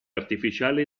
artificiale